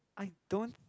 I don't